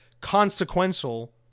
consequential